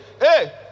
hey